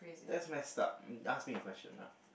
that's messed up ask me a question now